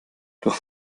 durch